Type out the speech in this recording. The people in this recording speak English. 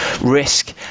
risk